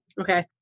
Okay